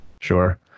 Sure